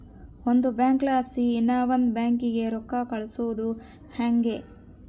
ಒಂದು ಬ್ಯಾಂಕ್ಲಾಸಿ ಇನವಂದ್ ಬ್ಯಾಂಕಿಗೆ ರೊಕ್ಕ ಕಳ್ಸೋದು ಯಂಗೆ